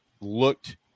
looked